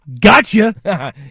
Gotcha